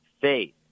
faith